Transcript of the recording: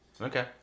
Okay